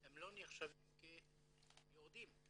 הם לא נחשבים כיורדים.